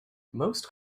most